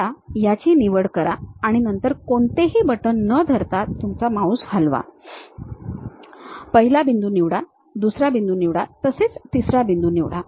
आता याची निवड करा आणि नंतर कोणतेही बटण न धरता तुमचा माउस हलवा पहिला बिंदू निवडा दुसरा बिंदू निवडा तसेच तिसरा बिंदू निवडा